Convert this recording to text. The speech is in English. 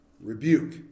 rebuke